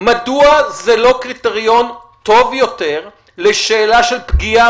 מדוע זה לא קריטריון טוב יותר לשאלה של פגיעה